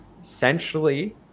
Essentially